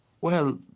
Well